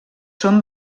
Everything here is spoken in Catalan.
són